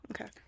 Okay